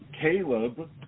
Caleb